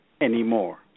anymore